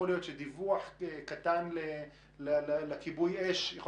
יכול להיות שדיווח קטן לכיבוי אש יכול